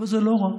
וזה לא רע.